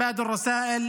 כבוד היושב-ראש,